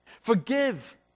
Forgive